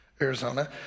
Arizona